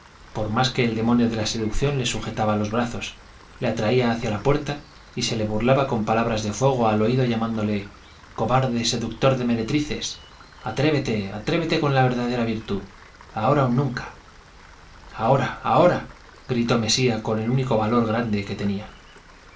por más que el demonio de la seducción le sujetaba los brazos le atraía hacia la puerta y se le burlaba con palabras de fuego al oído llamándole cobarde seductor de meretrices atrévete atrévete con la verdadera virtud ahora o nunca ahora ahora gritó mesía con el único valor grande que tenía y